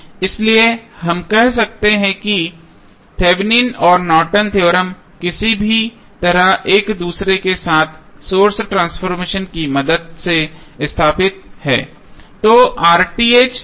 इसलिए हम कह सकते हैं कि थेवेनिन और नॉर्टन थ्योरम Nortons Theorem किसी भी तरह एक दूसरे के साथ सोर्स ट्रांसफॉर्मेशन की मदद से संबंधित हैं